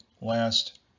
last